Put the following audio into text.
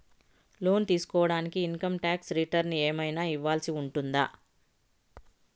లోను తీసుకోడానికి income tax returns ఏమన్నా ఇవ్వాల్సి ఉంటుందా